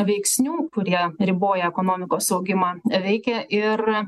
veiksnių kurie riboja ekonomikos augimą veikia ir